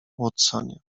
watsonie